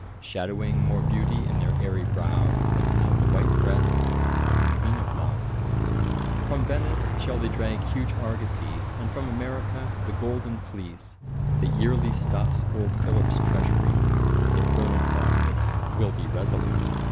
shadowing more beauty in their airy brows than have the white breasts of the queen of love from venice shall they drag huge argosies, and from america the golden fleece that yearly stuffs old philip's treasury if learned faustus will be resolute.